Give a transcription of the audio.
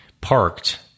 parked